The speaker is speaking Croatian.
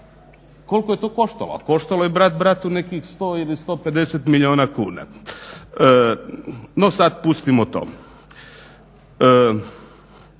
koliko je to koštalo? A koštalo je brat bratu nekih 100 ili 150 milijuna kuna. No sad pustimo to.